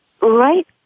right